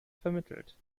vermittelt